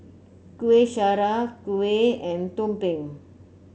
Kuih Syara kuih and tumpeng